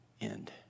end